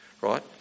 right